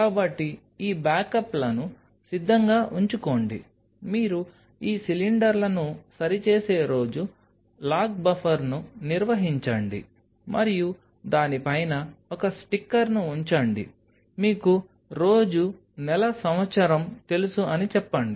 కాబట్టి ఈ బ్యాకప్లను సిద్ధంగా ఉంచుకోండి మీరు ఈ సిలిండర్లను సరిచేసే రోజు లాగ్ బఫర్ను నిర్వహించండి మరియు దాని పైన ఒక స్టిక్కర్ను ఉంచండి మీకు రోజు నెల సంవత్సరం తెలుసు అని చెప్పండి